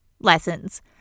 lessons